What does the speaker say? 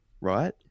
right